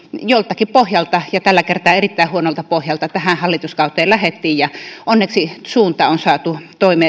joltakin pohjalta ja tällä kertaa erittäin huonolta pohjalta tähän hallituskauteen lähdettiin ja onneksi kehitys on saatu